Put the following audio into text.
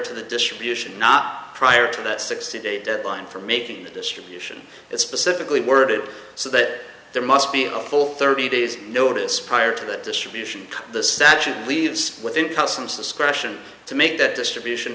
to the distribution not prior to that sixty day deadline for making the distribution is specifically worded so that there must be a full thirty days notice prior to that distribution the statute leaves within customs discretion to make that distribution